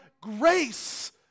grace